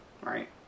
Right